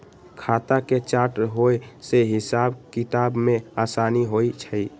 खता के चार्ट होय से हिसाब किताब में असानी होइ छइ